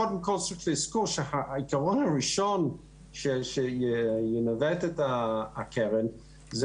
קודם כל צריך לזכור שהעקרון הראשון שינווט את הקרן זה